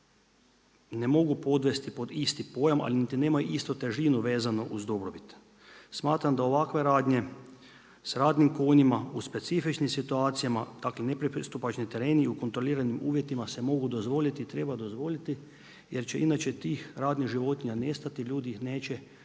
ne mogu podvesti pod isti pojam ali niti nemaju istu težinu vezanu uz dobrobit. Smatram da ovakve radnje sa radnim konjima u specifičnim situacijama, dakle nepristupačni tereni i u kontroliranim uvjetima se mogu dozvoliti i treba dozvoliti jer će inače tih radnih životinja nestati, ljudi ih neće